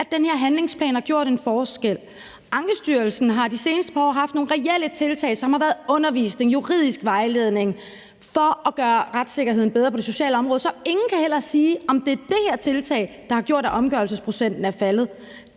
at den her handlingsplan har gjort en forskel. Ankestyrelsen har de seneste par år haft nogle reelle tiltag, som har været undervisning og juridisk vejledning, for at gøre retssikkerheden bedre på det sociale område, så ingen kan heller sige, om det er det her tiltag, der har gjort, at omgørelsesprocenten er faldet.